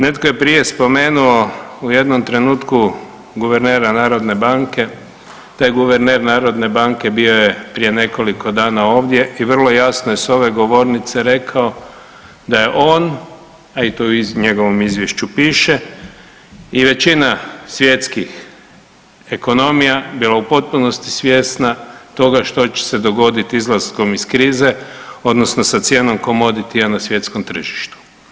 Netko je prije spomenuo u jednom trenutku guvernera Narodne banke, taj guverner Narodne banke bio je prije nekoliko dana ovdje i vrlo jasno je s ove govornice rekao da je on, a to i u njegovom izvješću piše i većina svjetskih ekonomija bila u potpunosti svjesna toga što će se dogoditi izlaskom iz krize odnosno sa cijenom komoditija na svjetskom tržištu.